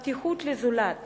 וסובלנות היא הפתיחות לזולת